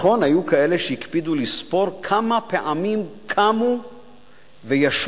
נכון, היו כאלה שהקפידו לספור כמה פעמים קמו וישבו